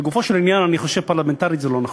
לגופו של עניין, אני חושב, פרלמנטרית זה לא נכון,